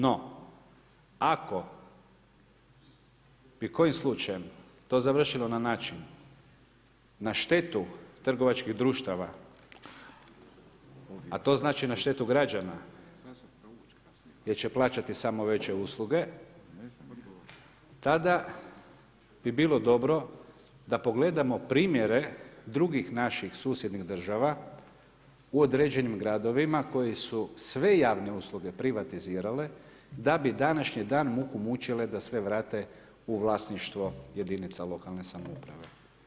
No ako bi kojim slučajem to završilo na način na štetu trgovačkih društava, a to znači na štetu građana jer će plaćati samo veće usluge, tada bi bilo dobro da pogledamo primjere drugih naših susjednih država u određenim gradovima koji su sve javne usluge privatizirale, da bi današnji dan muku mučile da sve vrate u vlasništvo jedinica lokalne samouprave.